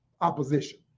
opposition